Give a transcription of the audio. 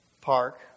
Park